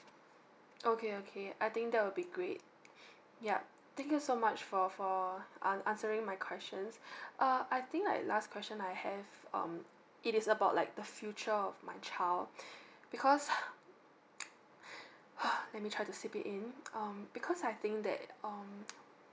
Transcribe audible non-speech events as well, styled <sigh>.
okay okay I think that will be great yup thank you so much for for an~ answering my questions <breath> uh I think like last question I have um it is about like the future of my child <breath> because <noise> let me try to seep it in um because I think that um